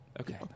Okay